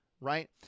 right